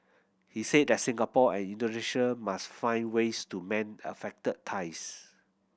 he said that Singapore and Indonesia must find ways to mend affected ties